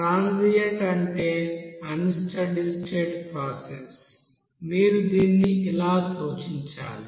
transient అంటే unsteady state process మీరు దీన్ని ఇలా సూచించాలి